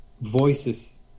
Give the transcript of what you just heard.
voices